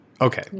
Okay